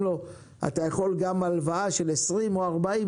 לו: אתה יכול גם הלוואה של 20,000 או 40,000,